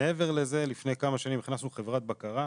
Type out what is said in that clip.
מעבר לזה לפני כמה שנים הכנסנו חברת בקרה,